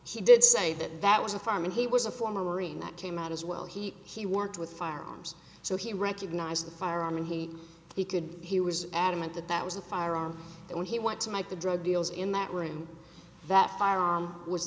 she did say that that was a farm and he was a former marine that came out as well he he worked with firearms so he recognized the firearm and he he could he was adamant that that was a firearm and when he went to make the drug deals in that room that firearm was